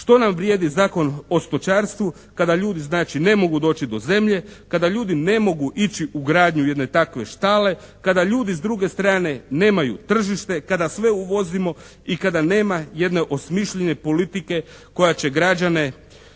Što nam vrijedi Zakon o stočarstvu kada ljudi znači ne mogu doći do zemlje, kada ljudi ne mogu ići u gradnju jedne takve štale, kada ljudi s druge strane nemaju tržište, kada sve uvozimo i kada nema jedne osmišljene politike koja će građane,